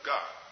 God